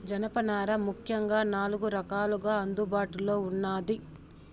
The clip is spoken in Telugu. జనపనార ముఖ్యంగా నాలుగు రకాలుగా అందుబాటులో ఉన్నాది